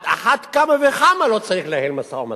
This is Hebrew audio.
על אחת כמה וכמה לא צריך לנהל משא-ומתן,